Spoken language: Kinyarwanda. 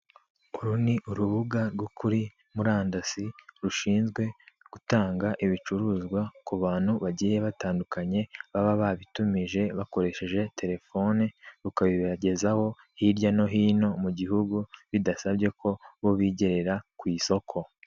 Uru ni urubuga rwo kuri murandasi, rushinzwe gutanga ibicuruzwa kubantu bagiye batandukanye baba babitumije, bakoresheje telefone; rukabibagezaho hirya no hino mugihugu bidasabye ko bo bigerera ku isoko.